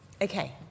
Okay